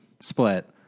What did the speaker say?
Split